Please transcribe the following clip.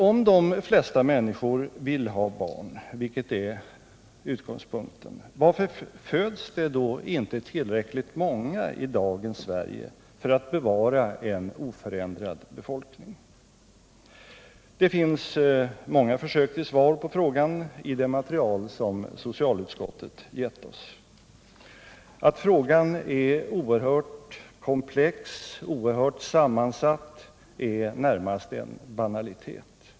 Om de flesta människor vill ha barn — vilket är utgångspunkten — varför föds det då inte tillräckligt många i dagens Sverige för att bevara en oförändrad befolkning? Det finns många försök till svar på frågan i det material som socialutskottet gett oss. Att frågan är oerhört komplex är närmast en banalitet.